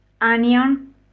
onion